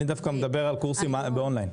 אני דווקא מדבר על קורסים באון-ליין.